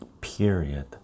period